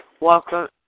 Welcome